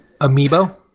amiibo